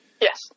Yes